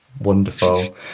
Wonderful